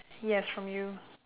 yes from you